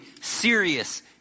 serious